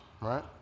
right